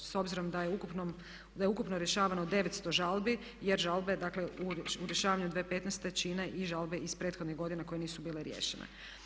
S obzirom da je ukupno rješavano 900 žalbi, jer žalbe dakle u rješavanju 2015. čine i žalbe iz prethodnih godina koje nisu bile riješene.